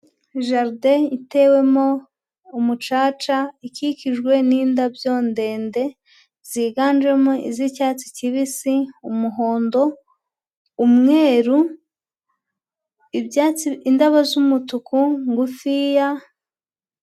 Jaride itewemo umucaca, ikikijwe n'indabyo ndende ziganjemo iz'icyatsi kibisi, umuhondo, umweru, ibyatsi, indabo z'umutuku ngufiya..